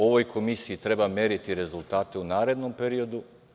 Ovoj komisiji treba meriti rezultate u narednom periodu.